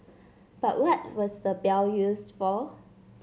but what was the bell used for